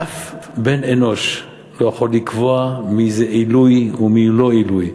ואף בן-אנוש לא יכול לקבוע מי זה עילוי ומי לא עילוי,